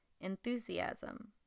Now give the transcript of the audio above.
enthusiasm